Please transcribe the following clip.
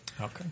okay